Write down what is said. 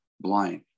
blind